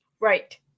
Right